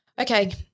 Okay